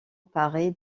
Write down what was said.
paraît